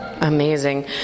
Amazing